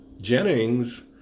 Jennings